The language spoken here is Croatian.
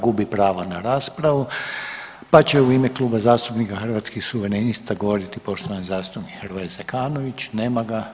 Gubi pravo na raspravu pa će u ime Kluba zastupnika Hrvatskih suverenista govoriti poštovani zastupnik Hrvoje Zekanović, nema ga.